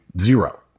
zero